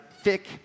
thick